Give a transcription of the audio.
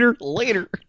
later